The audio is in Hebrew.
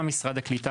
גם משרד הקליטה,